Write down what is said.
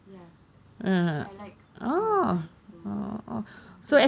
ya uh uh I like uh science so I do